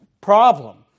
problem